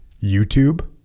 YouTube